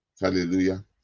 Hallelujah